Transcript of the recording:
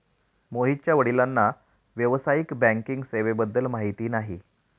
मोहितच्या वडिलांना व्यावसायिक बँकिंग सेवेबद्दल माहिती नाही